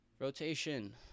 Rotation